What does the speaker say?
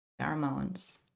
pheromones